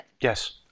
Yes